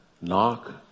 Knock